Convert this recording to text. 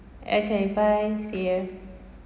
okay bye see you